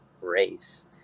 race